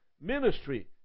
ministry